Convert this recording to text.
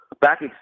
Back